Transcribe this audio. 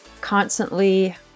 constantly